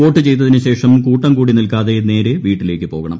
vote ചെയ്തതിനു ശേഷം കൂട്ടം കൂടി നിൽക്കാതെ നേരെ വീട്ടിലേക്കു പോകണം